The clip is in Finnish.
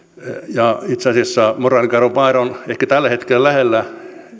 itse asiassa moraalikadon vaara on ehkä tällä hetkellä lähellä